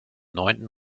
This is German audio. neunten